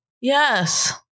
Yes